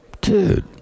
dude